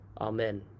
amen